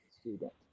student